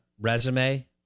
resume